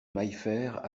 maillefert